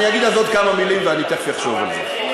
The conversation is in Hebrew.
תן